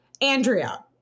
Andrea